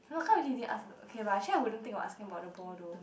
how come you didn't ask okay but I actually won't think asking about the ball though